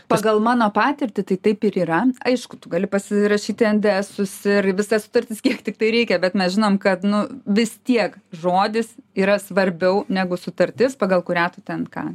pagal mano patirtį tai taip ir yra aišku tu gali pasirašyti endesus ir visas sutartis kiek tiktai reikia bet mes žinom kad nu vis tiek žodis yra svarbiau negu sutartis pagal kurią tu ten ką